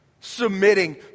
Submitting